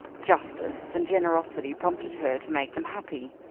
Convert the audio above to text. justice, and generosity prompted her to make them happy,